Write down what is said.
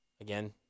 Again